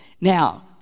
Now